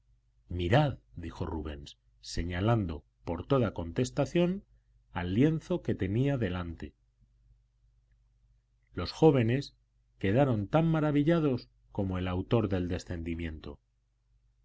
mirad dijo rubens señalando por toda contestación al lienzo que tenía delante los jóvenes quedaron tan maravillados como el autor del descendimiento